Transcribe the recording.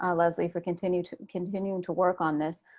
ah leslie for continue to continue to work on this.